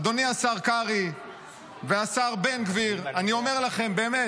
אדוני השר קרעי והשר בן גביר, אני אומר לכם באמת,